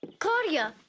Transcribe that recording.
claudia,